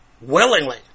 willingly